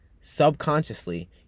subconsciously